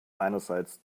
einerseits